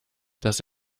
das